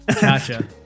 Gotcha